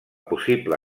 possible